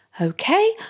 okay